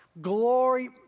glory